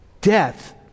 death